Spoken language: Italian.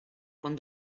con